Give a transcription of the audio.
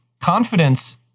confidence